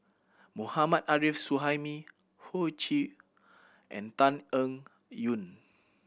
Mohammad Arif Suhaimi Hoey Choo and Tan Eng Yoon